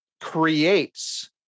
creates